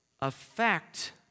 affect